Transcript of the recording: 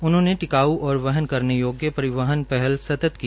उन्होंने टिकाऊ और वहन करने योग्य परिवहन पहल सतत की श्रूआत की